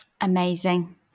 Amazing